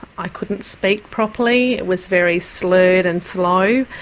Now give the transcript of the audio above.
i couldn't speak properly, it was very slurred and slow.